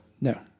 No